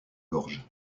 gorges